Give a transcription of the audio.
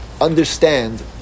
understand